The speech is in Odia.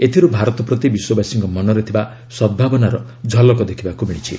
ଏଥିରୁ ଭାରତ ପ୍ରତି ବିଶ୍ୱବାସୀଙ୍କ ମନରେ ଥିବା ସଦ୍ଭାବନାର ଝଲକ ଦେଖିବାକୁ ମିଳିଛି